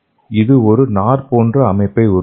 அது ஒரு நார் போன்ற அமைப்பை உருவாக்கும்